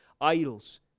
idols